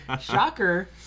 Shocker